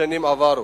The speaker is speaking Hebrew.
בשנים עברו.